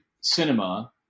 cinema